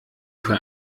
für